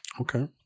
Okay